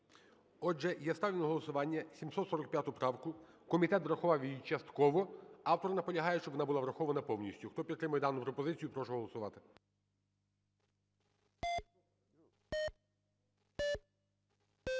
Отже, я ставлю на голосування 745 правку. Комітет врахував її частково. Автор наполягає, щоб вона була врахована повністю. Хто підтримує дану пропозицію, прошу голосувати. 12:57:31